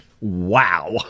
Wow